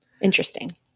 Interesting